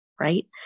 Right